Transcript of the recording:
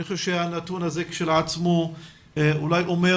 אני חושב שהנתון הזה כשלעצמו אולי אומר